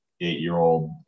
eight-year-old